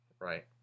Right